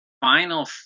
final